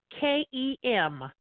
K-E-M